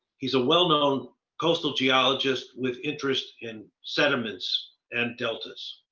he is a well-known coastal geologist with interests in sediments and deltas.